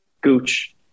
Gooch